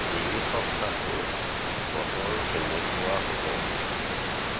এই সপ্তাহটোত বতৰ কেনেকুৱা হ'ব